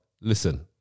Listen